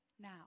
now